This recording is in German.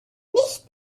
nicht